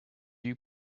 you